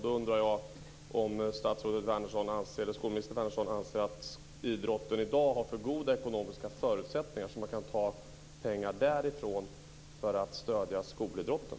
Då undrar jag om skolminister Wärnersson anser att idrotten i dag har för goda ekonomiska förutsättningar, så att man kan ta pengar därifrån för att stödja skolidrotten.